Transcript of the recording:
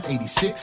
86